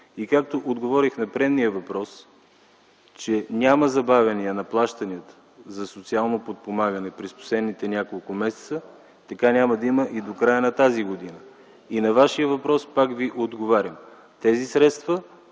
И както отговорих на предния въпрос, че няма забавяния на плащанията за социално подпомагане през последните няколко месеца, така няма да има и до края на тази година. На Вашия въпрос пак отговарям: тези средства